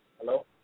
Hello